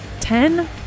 Ten